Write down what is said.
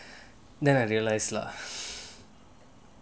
then I realise lah